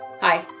Hi